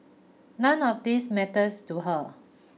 none of these matters to her